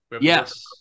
yes